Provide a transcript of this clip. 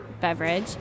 beverage